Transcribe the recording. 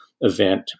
event